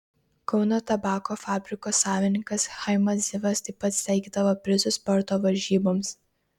kauno tabako fabriko savininkas chaimas zivas taip pat steigdavo prizus sporto varžyboms